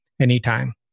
anytime